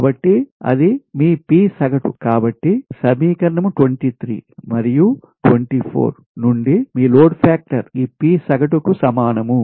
కాబట్టి అది మీ P సగటు కాబట్టి సమీకరణం 23 మరియు 24 నుండి మీ లోడ్ ఫాక్టర్ ఈ P సగటు కు సమానం